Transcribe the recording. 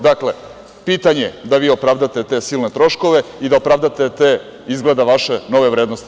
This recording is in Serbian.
Dakle, pitanje da vi opravdate te silne troškove i da opravdate te, izgleda vaše, nove vrednosti.